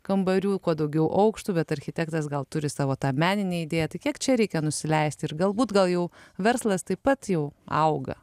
kambarių kuo daugiau aukštų bet architektas gal turi savo tą meninę įdėją tai kiek čia reikia nusileisti ir galbūt gal jau verslas taip pat jau auga